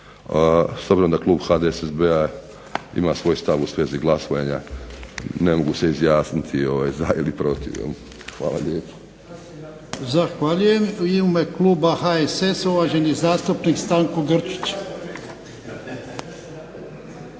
obzirom da klub HDSSB-a ima svoj stav u svezi glasovanja, ne mogu se izjasniti za ili protiv. Hvala lijepo. **Jarnjak, Ivan (HDZ)** Zahvaljujem. I u ime kluba HSS-a uvaženi zastupnik Stanko Grčić.